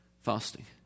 fasting